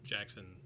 Jackson